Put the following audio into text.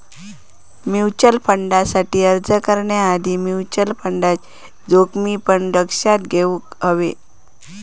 mutual फंडसाठी अर्ज करण्याआधी म्युचल फंडचे जोखमी पण लक्षात घेउक हवे